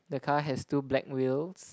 the car has two black wheels